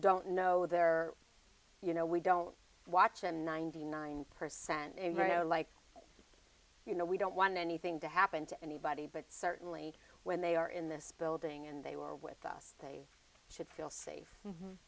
don't know they're you know we don't watch and ninety nine percent and very like you know we don't want anything to happen to anybody but certainly when they are in this building and they were with us they should feel safe